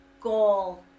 goal